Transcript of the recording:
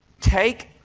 Take